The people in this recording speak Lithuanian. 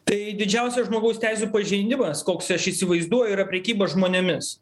tai didžiausias žmogaus teisių pažeidimas koks aš įsivaizduoju yra prekyba žmonėmis